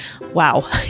Wow